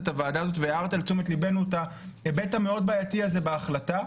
אותנו והארת לנו את ההיבט המאד בעייתי הזה בהחלטה.